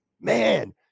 man